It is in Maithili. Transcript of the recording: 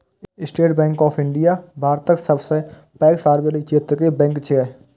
स्टेट बैंक ऑफ इंडिया भारतक सबसं पैघ सार्वजनिक क्षेत्र के बैंक छियै